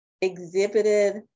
exhibited